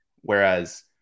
Whereas